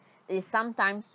is sometimes